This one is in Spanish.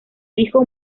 hijo